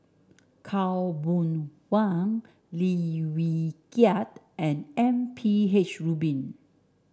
Khaw Boon Wan Lim Wee Kiak and M P H Rubin